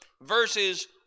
verses